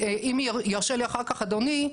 אם ירשה לי אחר כך אדוני,